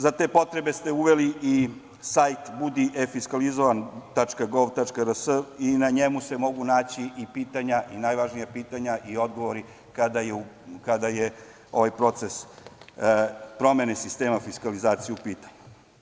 Za te potrebe ste uveli i sajt „Budi efiskalizovan.gov.rs.“ i na njemu se mogu naći i pitanja i najvažnija pitanja i odgovori kada je ovaj proces promene sistema fiskalizacije u pitanju.